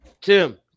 Tim